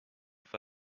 for